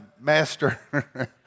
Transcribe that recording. master